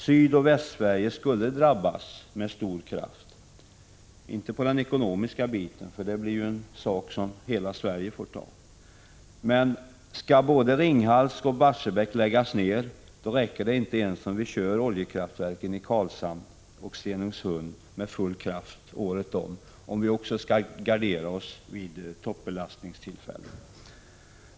Sydoch Västsverige drabbas med stor kraft. Det gäller dock inte ekonomiskt, för kostnaderna får hela Sverige ta. Men skall både Ringhals och Barsebäck läggas ned, räcker det inte ens med om vi kör oljekraftverken i Karlshamn och Stenungsund med full kraft året runt, om vi skall gardera oss också för toppbelastningstillfällen.